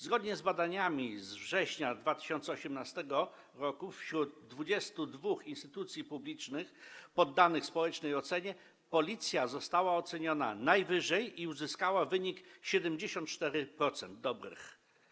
Zgodnie z badaniami z września 2018 r. wśród 22 instytucji publicznych poddanych społecznej ocenie Policja została oceniona najwyżej i uzyskała wynik 74% ocen dobrych.